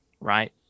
right